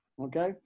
okay